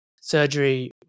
surgery